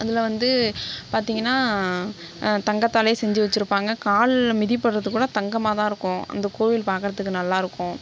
அதில் வந்து பார்த்திங்கனா தங்கத்தாலே செஞ்சு வச்சிருப்பாங்க கால்ல மிதி படுறதுக்கூட தங்கமாகதான் இருக்கும் அந்த கோவில் பார்க்குறதுக்கு நல்லா இருக்கும்